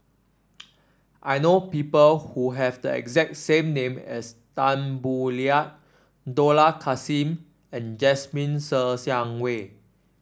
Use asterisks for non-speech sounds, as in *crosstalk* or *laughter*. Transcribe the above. *noise* I know people who have the exact same name as Tan Boo Liat Dollah Kassim and Jasmine Ser Xiang Wei